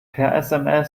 per